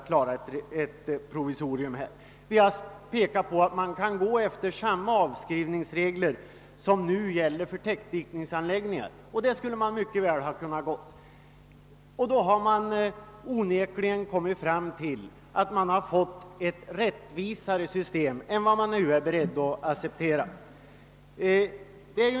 Man skulle mycket väl kunna tillämpa samma avskrivningsregler som nu gäller för täckdikningsanläggningar. Då hade man onekligen fått ett rättvisare system än man nu är beredd att acceptera.